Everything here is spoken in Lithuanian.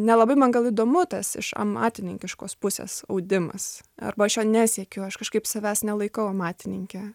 nelabai man gal įdomu tas iš amatininkiškos pusės audimas arba aš jo nesiekiu aš kažkaip savęs nelaikau amatininke